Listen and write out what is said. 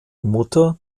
mutter